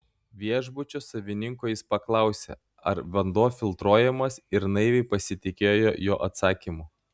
viešbučio savininko jis paklausė ar vanduo filtruojamas ir naiviai pasitikėjo jo atsakymu